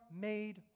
made